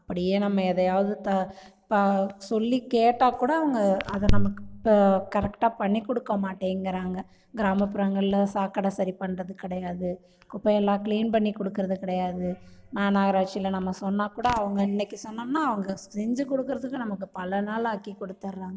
அப்படியே நம்ம எதையாவது த ப சொல்லி கேட்டால் கூட அவங்க அதை நமக்கு இப்போ கரெக்ட்டாக பண்ணி கொடுக்க மாட்டேங்கிறாங்க கிராமப்புறங்கள்ல சாக்கடை சரி பண்ணுறது கிடையாது குப்பையெல்லாம் க்ளீன் பண்ணி கொடுக்குறது கிடையாது மாநகராட்சியில நம்ம சொன்னால் கூட அவங்க இன்னைக்கு சொன்னம்னால் அவங்க செஞ்சி கொடுக்குறதுக்கு நமக்கு பல நாள் ஆக்கி கொடுத்தர்றாங்க